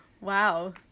Wow